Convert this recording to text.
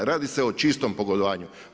Radi se o čitom pogodovanju.